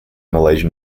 malaysian